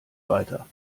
weiter